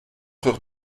heures